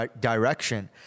direction